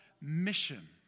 mission